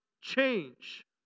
change